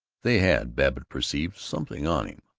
they had, babbitt perceived, something on him.